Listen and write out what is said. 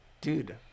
dude